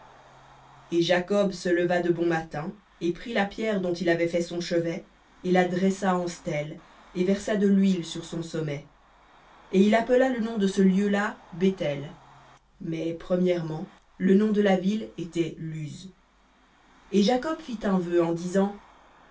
et jacob se leva de bon matin et prit la pierre dont il avait fait son chevet et la dressa en stèle et versa de l'huile sur son sommet et il appela le nom de ce lieu-là béthel mais premièrement le nom de la ville était luz et jacob fit un vœu en disant